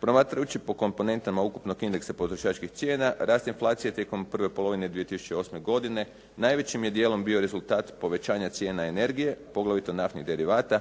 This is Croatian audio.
Promatrajući po komponentama ukupnog indeksa potrošačkih cijena rast inflacije tijekom prve polovine 2008. godine najvećim je djelom bio rezultat povećanja cijena energije, poglavito naftnih derivata